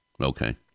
Okay